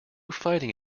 fighting